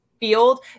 Field